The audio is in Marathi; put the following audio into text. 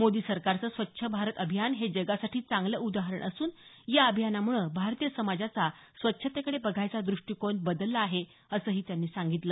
मोदी सरकारचं स्वच्छ भारत अभियान हे जगासाठी चांगलं उदाहरण असून या अभियानामुळे भारतीय समाजाचा स्वच्छतेकडे बघायचा दृष्टिकोन बदलला आहे असंही त्यांनी सांगितलं